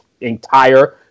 entire